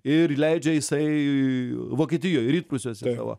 ir leidžia jisai vokietijoj rytprūsiuose savo